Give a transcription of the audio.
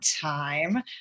time